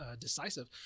decisive